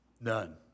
None